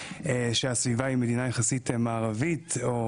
הסביבה היא מדינה יחסית מערבית או